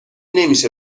نمیشه